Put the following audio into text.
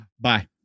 Bye